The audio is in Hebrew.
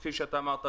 כפי שאתה אמרת,